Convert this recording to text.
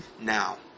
now